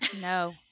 No